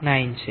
9 છે